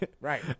Right